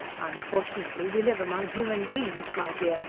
unfortunately we live among human beings, my dear,